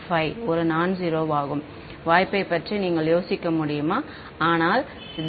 Phi ஒரு நான்ஜிரோவாகும் வாய்ப்பைப் பற்றி நீங்கள் யோசிக்க முடியுமா ஆனால் ∇φ